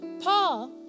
Paul